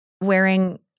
wearing